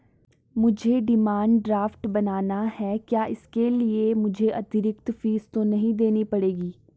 मुझे demand draft बनाना है क्या इसके लिए मुझे अतिरिक्त फीस तो नहीं देनी पड़ेगी?